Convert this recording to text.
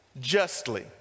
justly